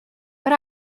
but